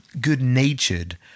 good-natured